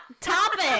topic